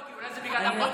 לא, אולי זה בגלל הבוקר.